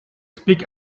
speak